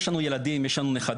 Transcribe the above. יש לנו ילדים, יש לנו נכדים.